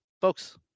folks